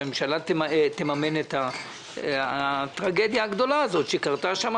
שהממשלה תממן את הטרגדיה הגדולה שקרתה שם